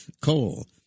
coal